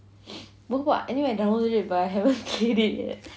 anyway I downloaded it but then I haven't played it yet